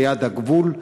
ליד הגבול,